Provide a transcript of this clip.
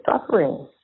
suffering